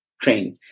train